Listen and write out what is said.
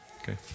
Okay